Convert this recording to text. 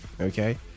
okay